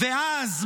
ואז,